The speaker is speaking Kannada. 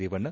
ರೇವಣ್ಣ